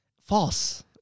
false